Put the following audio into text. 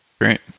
Great